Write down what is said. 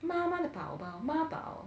妈妈的宝宝妈宝